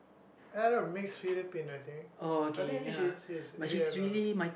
Arab mates Philippine I think I think she she he has a